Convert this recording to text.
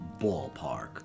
ballpark